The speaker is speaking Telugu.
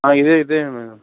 ఇదే ఇదే మేడమ్